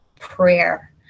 prayer